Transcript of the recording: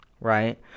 right